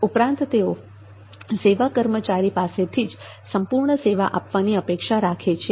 ઉપરાંત તેઓ સેવા કર્મચારી પાસેથી જ સંપૂર્ણ સેવા આપવાની અપેક્ષા રાખે છે